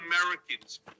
Americans